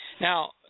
now